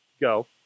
Go